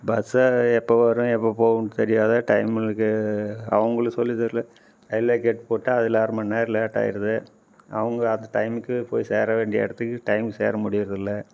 bus எப்போ வரும் எப்போ போகும்ன்னு தெரியாத டைம் இருக்கு அவங்கள சொல்ல தெரியல ரயில்வே கேட் போட்டா அதில் அரை மண் நேரம் லேட் ஆயிருது அவங்க அந்த டைமுக்கு போய் சேர வேண்டிய இடத்துக்கு டைம்க்கு சேர முடியிறது இல்லை